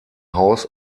haus